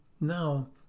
now